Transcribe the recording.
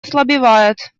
ослабевает